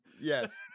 yes